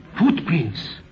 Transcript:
Footprints